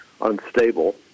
unstable